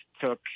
took